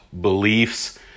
beliefs